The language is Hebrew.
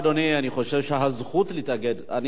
אני מזמין את חברת הכנסת אורלי אבקסיס,